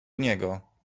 niego